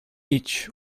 each